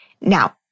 now